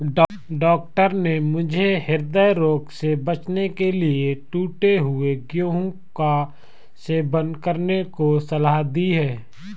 doctor ने मुझे हृदय रोग से बचने के लिए टूटे हुए गेहूं का सेवन करने की सलाह दी है